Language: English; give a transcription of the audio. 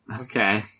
Okay